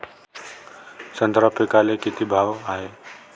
संत्रा पिकाले किती भाव हाये?